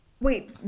Wait